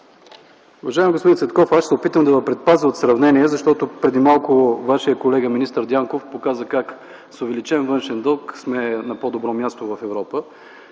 Уважаеми господин Цветков, аз ще се опитам да Ви предпазя от сравнения, защото преди малко Вашият колега министър Дянков показва как с увеличен външен дълг сме на по-добро място в Европа.